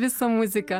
visą muziką